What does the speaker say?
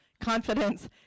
Confidence